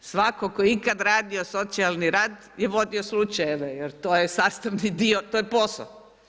Svatko tko je ikada radio socijalni rad je vodio slučajeve jer to je sastavni dio, to je posao.